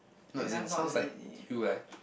no as in sounds like you right